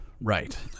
Right